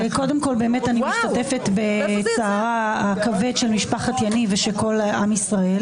קודם כל אני משתתפת בצערה הכבד של משפחת יניב ושל כל עם ישראל.